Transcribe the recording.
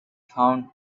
found